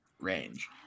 range